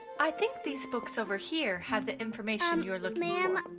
i think these books over here have the information um you are looking um